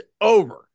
over